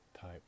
type